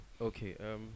Okay